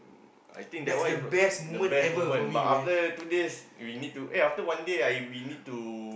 I think that one is the best moment but after two days we need to eh after one day I we need to